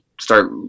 start